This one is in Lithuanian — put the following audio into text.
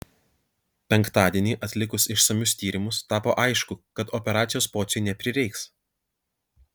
penktadienį atlikus išsamius tyrimus tapo aišku kad operacijos pociui neprireiks